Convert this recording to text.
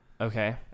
okay